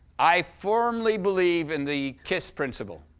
i firmly believe in the kiss principle.